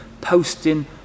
posting